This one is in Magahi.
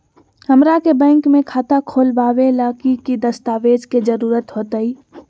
हमरा के बैंक में खाता खोलबाबे ला की की दस्तावेज के जरूरत होतई?